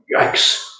Yikes